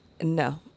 No